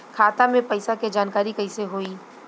खाता मे पैसा के जानकारी कइसे होई?